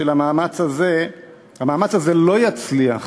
המאמץ הזה לא יצליח